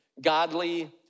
godly